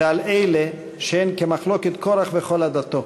ועל אלו שהן כמחלוקת קורח וכל עדתו